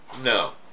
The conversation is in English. No